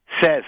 says